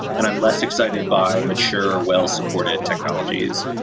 and i'm less excited by mature or well-supported technologies.